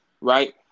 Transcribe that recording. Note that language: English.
right